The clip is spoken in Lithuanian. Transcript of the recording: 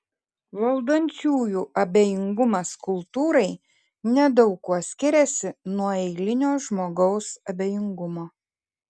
valdančiųjų abejingumas kultūrai nedaug kuo skiriasi nuo eilinio žmogaus abejingumo